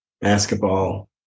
basketball